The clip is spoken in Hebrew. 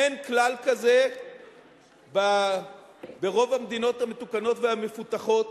אין כלל כזה ברוב המדינות המתוקנות והמפותחות.